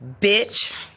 bitch